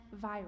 viral